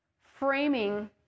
framing